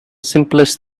simplest